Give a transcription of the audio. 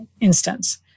instance